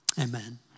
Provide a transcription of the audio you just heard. Amen